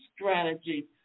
strategy